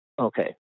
okay